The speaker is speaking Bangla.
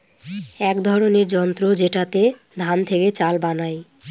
এক ধরনের যন্ত্র যেটাতে ধান থেকে চাল বানায়